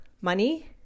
money